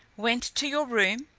went to your room,